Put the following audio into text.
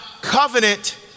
covenant